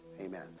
amen